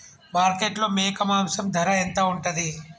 మార్కెట్లో మేక మాంసం ధర ఎంత ఉంటది?